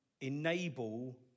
enable